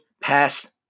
Pass